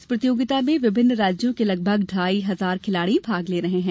इस प्रतियोगिता में विभिन्न राज्यों के लगभग ढ़ाई हजार खिलाड़ी भाग ले रहे हैं